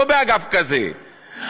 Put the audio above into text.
לא באגף כזה,